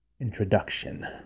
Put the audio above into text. introduction